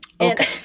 Okay